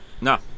No